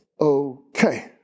Okay